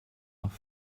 nach